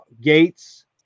gates